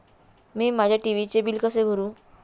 मी माझ्या टी.व्ही चे बिल कसे भरू?